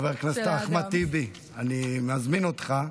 חבר הכנסת אחמד טיבי, אני מזמין אותך.